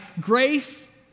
grace